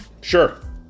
Sure